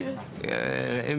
אם